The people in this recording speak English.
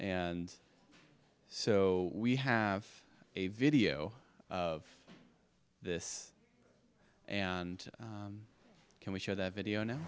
and so we have a video of this and can we show that video now